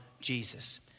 Jesus